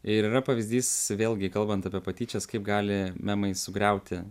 ir yra pavyzdys vėlgi kalbant apie patyčias kaip gali memai sugriauti